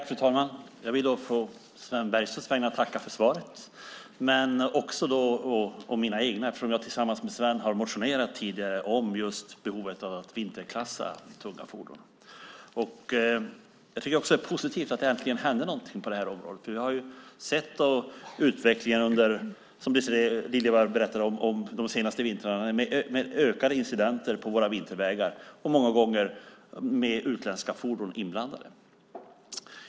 Fru talman! Jag vill å Sven Bergströms vägnar tacka för svaret men också å mina egna vägnar, eftersom jag tillsammans med Sven tidigare motionerat om behovet av att vinterklassa tunga fordon. Det är positivt att det äntligen händer något på detta område. Som Désirée Liljevall sade har utvecklingen under de senaste vintrarna gjort att incidenterna på våra vintervägar ökat. Många gånger har utländska fordon varit inblandade.